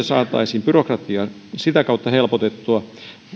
saataisiin byrokratiaa sitä kautta helpotettua